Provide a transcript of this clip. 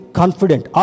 confident